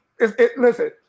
Listen